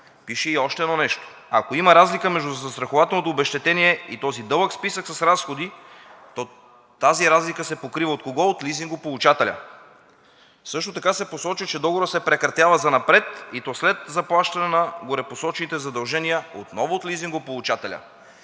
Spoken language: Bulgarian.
Пише и още едно нещо: ако има разлика между застрахователното обезщетение и този дълъг списък с разходи, то тази разлика се покрива от кого – от лизингополучателя. Също така се посочва, че договорът се прекратява занапред, и то след заплащане на горепосочените задължения отново от лизингополучателя.